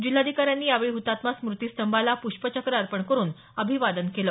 जिल्हाधिकाऱ्यांनी यावेळी हुतात्मा स्मृतिस्तंभला पुष्पचक्र अर्पण करून अभिवादन केल